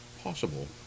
possible